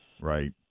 Right